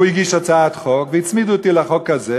והוא הגיש הצעת חוק והצמיד אותי לחוק הזה,